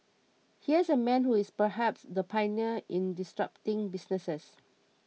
here's a man who is perhaps the pioneer in disrupting businesses